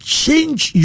change